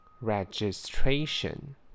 registration